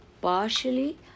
partially